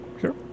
Sure